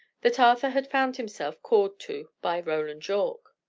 that arthur had found himself called to by roland yorke.